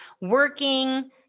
working